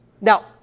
Now